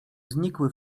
znikły